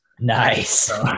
Nice